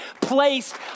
placed